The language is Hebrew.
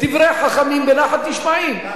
דברי חכמים בנחת נשמעים.